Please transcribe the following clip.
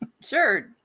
sure